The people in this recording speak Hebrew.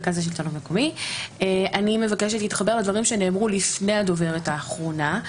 אני מבקשת להתחבר לדברים שנאמרו לפני הדוברת האחרונה,